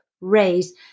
raise